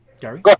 Gary